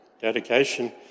dedication